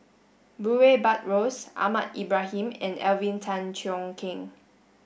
Murray Buttrose Ahmad Ibrahim and Alvin Tan Cheong Kheng